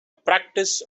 practice